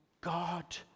God